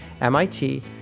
MIT